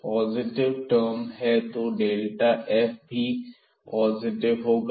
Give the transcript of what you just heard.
यह positive term है तो f भी पॉजिटिव होगा